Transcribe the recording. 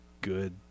good